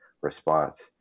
response